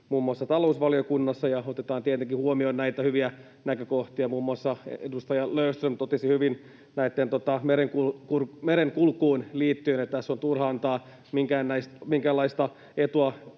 muun muassa talousvaliokunnassa ja otetaan tietenkin huomioon näitä hyviä näkökohtia. Muun muassa edustaja Löfström totesi hyvin merenkulkuun liittyen, että tässä on turha antaa minkäänlaista etua